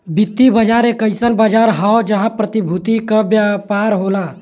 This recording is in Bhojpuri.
वित्तीय बाजार एक अइसन बाजार हौ जहां प्रतिभूति क व्यापार होला